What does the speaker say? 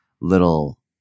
little